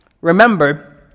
remember